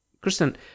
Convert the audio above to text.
Kristen